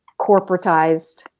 corporatized